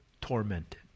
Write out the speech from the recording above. tormented